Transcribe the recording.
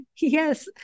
Yes